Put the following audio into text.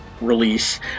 release